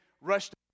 rushed